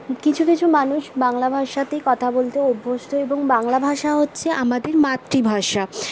কিছু কিছু মানুষ বাংলা ভাষাতেই কথা বলতে অভ্যস্ত এবং বাংলা ভাষা হচ্ছে আমাদের মাতৃভাষা